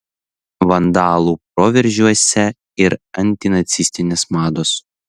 vandalų proveržiuose ir antinacistinės mados